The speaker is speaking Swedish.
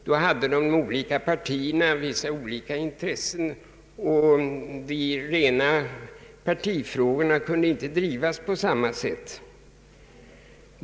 Då hade de båda partierna vissa olika intressen, och de rena partifrågorna kunde inte drivas på samma sätt.